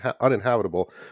uninhabitable